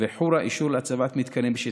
וחורה אישור להצבת מתקנים בשטחן.